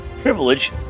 privilege